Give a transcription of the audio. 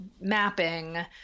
mapping